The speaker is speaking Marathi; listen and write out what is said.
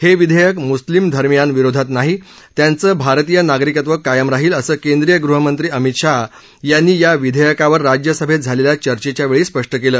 हे विधेयक मुस्लीम धर्मीयांविरोधात नाही त्यांचं भारतीय नागरिकत्व कायम राहील असं केंद्रीय गृहमंत्री अमित शाह यांनी या विधेयकावर राज्यसभेत झालेल्या चर्चेच्या वेळी स्पष्ट केलं